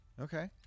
Okay